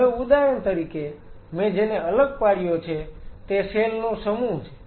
હવે ઉદાહરણ તરીકે મેં જેને અલગ પાડ્યો છે તે સેલ નો સમૂહ છે